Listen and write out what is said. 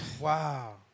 Wow